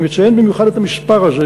אני מציין במיוחד את המספר הזה,